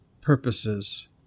purposes